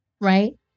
right